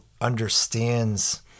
understands